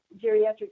geriatric